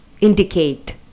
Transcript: indicate